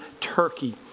Turkey